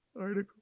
article